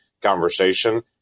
conversation